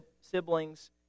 siblings